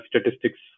statistics